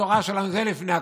התורה שלנו לפני הכול.